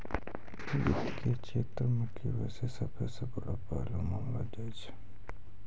वित्त के क्षेत्र मे के.वाई.सी सभ्भे से बड़ो पहलू मानलो जाय छै